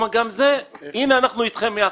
גם בזה אנחנו איתכם.